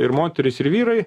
ir moterys ir vyrai